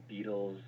Beatles